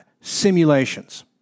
Simulations